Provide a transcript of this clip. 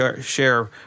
share